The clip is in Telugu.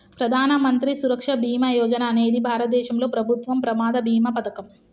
ప్రధాన మంత్రి సురక్ష బీమా యోజన అనేది భారతదేశంలో ప్రభుత్వం ప్రమాద బీమా పథకం